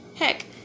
Heck